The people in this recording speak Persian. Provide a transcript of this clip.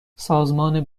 سازمان